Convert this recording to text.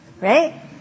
Right